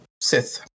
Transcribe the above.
Sith